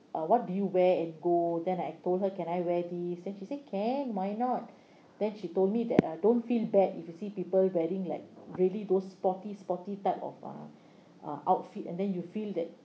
uh what do you wear and go then I told her can I wear this then she said can why not then she told me that uh don't feel bad if you see people wearing like really those sporty sporty type of uh uh outfit and then you feel that